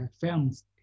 films